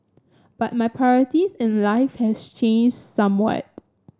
but my priorities in life has changed somewhat